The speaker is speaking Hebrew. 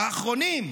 האחרונים,